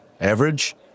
average